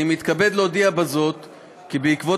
אני מתכבד להודיע בזאת כי בעקבות